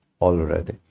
already